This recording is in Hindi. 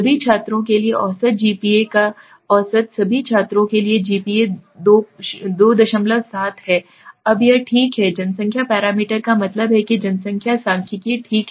सभी छात्रों के लिए औसत GPA का औसत सभी छात्रों के लिए GPA 27 है अब यह ठीक है जनसंख्या पैरामीटर का मतलब है कि जनसंख्या सांख्यिकीय ठीक है